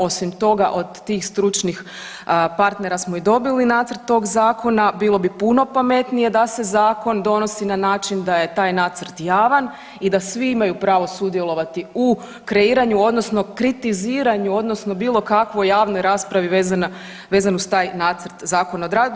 Osim toga od tih stručnih partera smo i dobili nacrt tog zakona, bilo bi puno pametnije da se zakon donosi na način da je taj nacrt javan i da svi imaju pravo sudjelovati u kreiranju odnosno kritiziranju odnosno bilo kakvoj javnoj raspravi vezano uz taj nacrt Zakona o radu.